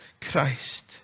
Christ